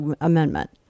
Amendment